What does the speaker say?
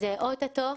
זה אוטוטו,